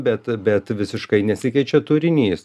bet bet visiškai nesikeičia turinys